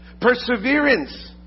Perseverance